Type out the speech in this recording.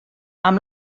amb